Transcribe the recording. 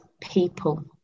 people